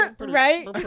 right